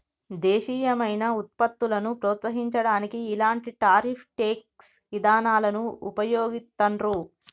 దేశీయమైన వుత్పత్తులను ప్రోత్సహించడానికి ఇలాంటి టారిఫ్ ట్యేక్స్ ఇదానాలను వుపయోగిత్తండ్రు